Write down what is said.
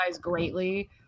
greatly